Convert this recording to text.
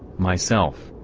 myself.